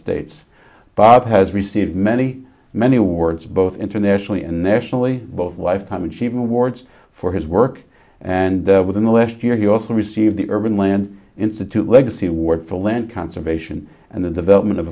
states bob has received many many awards both internationally and nationally both lifetime achievement awards for his work and within the last year he also received the urban land institute legacy ward for land conservation and the development of